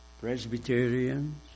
Presbyterians